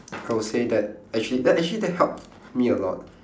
I would say that actually that actually that helped me a lot